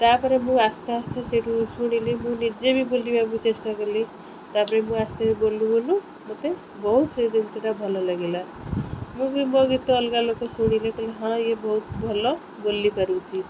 ତା'ପରେ ମୁଁ ଆସ୍ତେ ଆସ୍ତେ ସେଇଠୁ ଶୁଣିଲି ମୁଁ ନିଜେ ବି ବୋଲିବାକୁ ଚେଷ୍ଟା କଲି ତାପରେ ମୁଁ ଆସ୍ତେ ବି ବୋଲୁ ବୋଲୁ ମୋତେ ବହୁତ ସେ ଜିନିଷଟା ଭଲ ଲାଗିଲା ମୁଁ ବି ମୋ ଗୀତ ଅଲଗା ଅଲଗା ଶୁଣିଲେ କହିଲେ ହଁ ଇଏ ବହୁତ ଭଲ ବୋଲି ପାରୁଛି